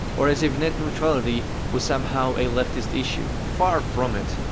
or as if net neutrality was somehow a leftist issue. far from it.